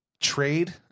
trade